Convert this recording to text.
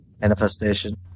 manifestation